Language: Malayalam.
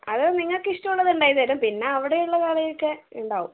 അത് നിങ്ങൾക്ക് ഇഷ്ടമുള്ളത് ഉണ്ടാക്കിത്തരും പിന്നെ അവിടെയുള്ള കറി ഒക്കെ ഉണ്ടാവും